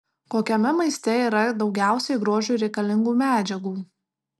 kokiame maiste yra daugiausiai grožiui reikalingų medžiagų